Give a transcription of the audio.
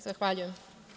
Zahvaljujem.